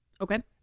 Okay